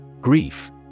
Grief